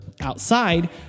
Outside